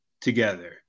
together